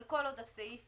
אבל כל עוד הסעיף